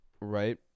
right